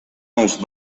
els